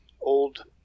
old